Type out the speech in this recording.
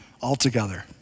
altogether